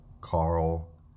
Carl